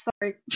Sorry